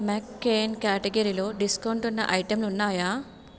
McCain క్యాటగరీలో discount ఉన్న ఐటెంలు ఉన్నాయా